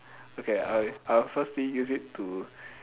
okay I I'll firstly use it to